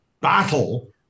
battle